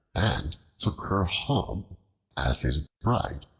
and took her home as his bride.